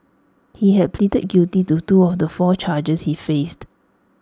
he had pleaded guilty to two of the four charges he faced